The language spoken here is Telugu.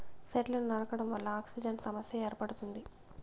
సెట్లను నరకడం వల్ల ఆక్సిజన్ సమస్య ఏర్పడుతుంది